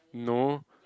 no